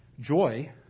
Joy